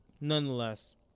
Nonetheless